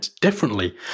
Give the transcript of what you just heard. differently